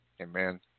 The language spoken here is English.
Amen